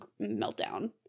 meltdown